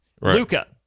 Luca